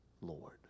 Lord